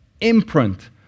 imprint